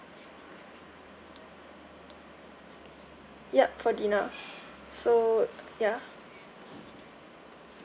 yup for dinner so ya